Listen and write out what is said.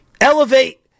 Elevate